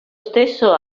stesso